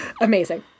Amazing